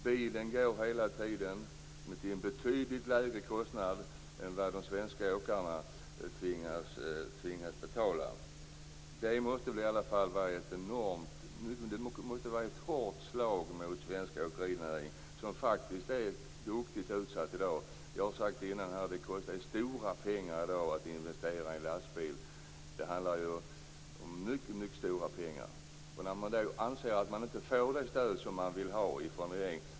Bilen går hela tiden till en betydligt lägre kostnad än de svenska åkarna tvingas betala. Det måste vara ett hårt slag mot den svenska åkerinäringen, som faktiskt är mycket utsatt i dag. Jag har tidigare sagt att det kostar mycket stora pengar att i dag investera i en lastbil. Åkarna anser att de inte får det stöd som de vill ha från regeringen.